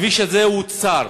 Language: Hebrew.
הכביש הזה הוא צר,